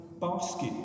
basket